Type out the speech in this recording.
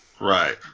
Right